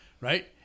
Right